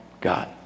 God